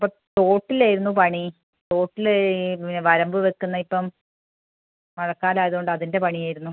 അപ്പം തോട്ടിലായിരുന്നു പണി തോട്ടിൽ പിന്നെ വരമ്പ് വയ്ക്കുന്നത് ഇപ്പം മഴക്കാലം ആയതുകൊണ്ട് അതിൻ്റെ പണിയായിരുന്നു